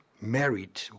married